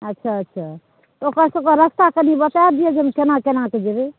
अच्छा अच्छा तऽ ओकरसभके रास्ता कनि बता दिअ जे हम केना केना कऽ जेबै